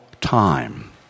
time